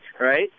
right